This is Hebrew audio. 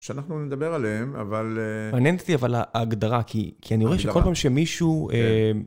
שאנחנו נדבר עליהם, אבל... מעניינת אותי אבל ההגדרה, כי אני רואה שכל פעם שמישהו...